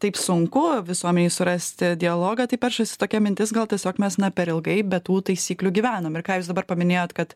taip sunku visuomenei surasti dialogą tai peršasi tokia mintis gal tiesiog mes na per ilgai be tų taisyklių gyvenom ir ką jūs dabar paminėjot kad